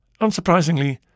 Unsurprisingly